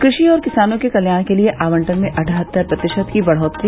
कृषि और किसानों के कल्याण के लिए आवंटन में अठहत्तर प्रतिशत की बढ़ोतरी